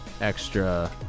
extra